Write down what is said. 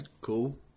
Cool